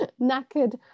knackered